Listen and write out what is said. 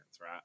right